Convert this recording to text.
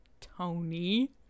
Tony